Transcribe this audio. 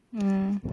mm